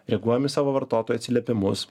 reaguojam į savo vartotojų atsiliepimus